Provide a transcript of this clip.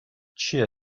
چیه